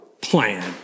plan